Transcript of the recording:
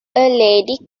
lady